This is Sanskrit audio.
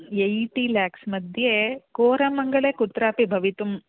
एय्टि लेक्स्मध्ये कोरमङ्गले कुत्रापि भवितुम्